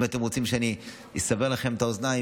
אם אתם רוצים שאני אסבר לכם את האוזן,